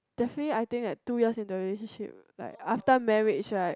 definitely I think two years in the relationship like after marriage right